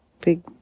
big